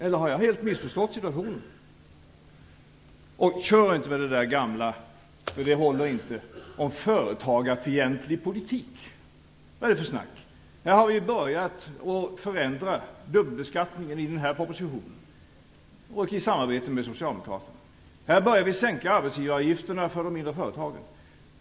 Eller har jag helt missförstått situationen? Kör vidare inte med det där gamla - det håller inte - om en företagarfientlig politik! Vad är det för snack? Vi har i samarbete med socialdemokraterna i den här propositionen börjat förändra dubbelbeskattningen. Vi börjar där sänka arbetsgivaravgifterna för de mindre företagen.